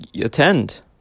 attend